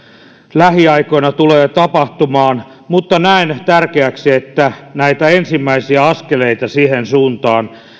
lähiaikoina tulee tapahtumaan mutta näen tärkeäksi että otetaan näitä ensimmäisiä askeleita siihen suuntaan